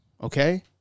Okay